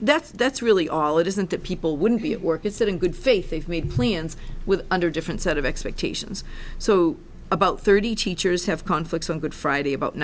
that's that's really all it isn't that people wouldn't be at work is that in good faith they've made plans with under a different set of expectations so about thirty teachers have conflicts on good friday about